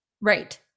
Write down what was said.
Right